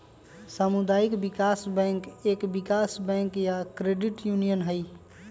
सामुदायिक विकास बैंक एक विकास बैंक या क्रेडिट यूनियन हई